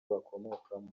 bakomokamo